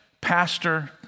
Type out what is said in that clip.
pastor